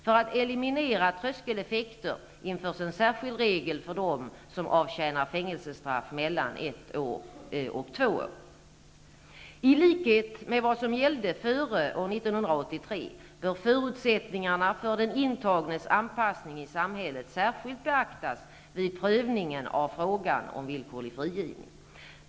För att eliminera tröskeleffekter införs en särskild regel för dem som avtjänar fängelsestraff mellan ett år och två år. I likhet med vad som gällde före år 1983 bör förutsättningarna för den intagnes anpassning i samhället särskilt beaktas vid prövningen av frågan om villkorlig frigivning.